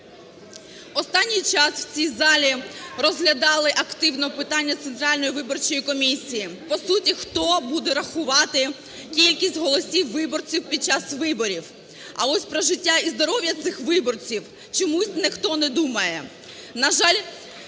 Останній час в цій залі розглядали активно питання Центральної виборчої комісії, по суті, хто буде рахувати кількість голосів виборців під час виборів. А ось про життя і здоров'я цих виборців чомусь ніхто не думає.